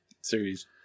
series